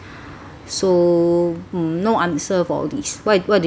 so no answer for this wha~ what do you think